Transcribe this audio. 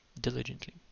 diligently